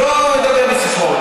אני לא מדבר בסיסמאות,